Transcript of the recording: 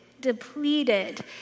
depleted